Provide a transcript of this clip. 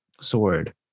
sword